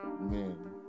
man